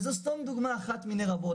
וזאת סתם דוגמה אחת מני רבות.